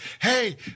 Hey